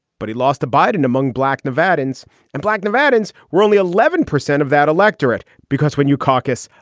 but he lost to biden among black nevadans and black nevadans were only eleven percent of that electorate. because when you caucus,